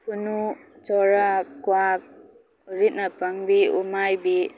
ꯈꯨꯟꯅꯨ ꯆꯣꯔꯥ ꯀ꯭ꯋꯥꯛ ꯎꯔꯤꯠ ꯅꯥꯄꯪꯕꯤ ꯎꯃꯥꯏꯕꯤ